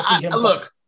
look